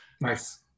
Nice